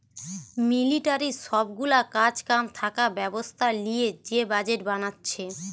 মিলিটারির সব গুলা কাজ কাম থাকা ব্যবস্থা লিয়ে যে বাজেট বানাচ্ছে